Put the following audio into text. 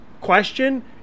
question